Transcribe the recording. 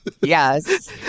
Yes